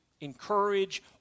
encourage